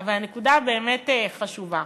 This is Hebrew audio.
אבל הנקודה באמת חשובה.